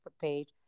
page